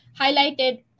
highlighted